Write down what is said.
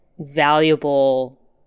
valuable